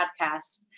Podcast